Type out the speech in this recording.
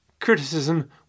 criticism